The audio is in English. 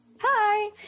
hi